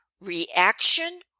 reaction